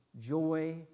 joy